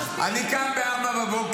מספיק --- אני קם ב-04:00,